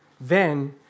Then